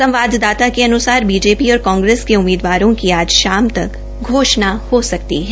संवाददाता के अन्सार बीजेपी और कांग्रेस के उम्मीदवारों की आज शाम तक घोषणा हो सकती है